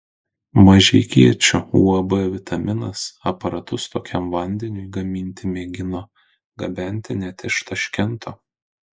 mažeikiečių uab vitaminas aparatus tokiam vandeniui gaminti mėgino gabenti net iš taškento